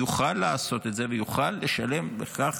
יוכל לעשות את זה ויוכל לשלם לכך